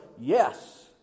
Yes